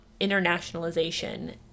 internationalization